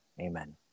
Amen